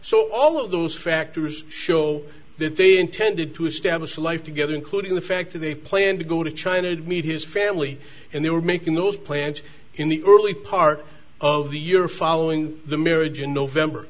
so all of those factors show that they intended to establish a life together including the fact that they planned to go to china to meet his family and they were making those plans in the early part of the year following the marriage in november